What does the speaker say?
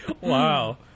Wow